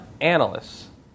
analysts